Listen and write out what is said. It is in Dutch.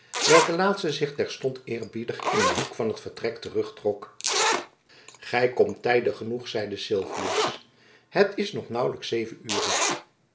welke laatste zich terstond eerbiedig in een hoek van t vertrek terugtrok gy komt tijdig genoeg zeide sylvius het is nog naauwlijks zeven ure